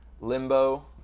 Limbo